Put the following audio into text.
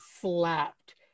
slapped